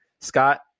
scott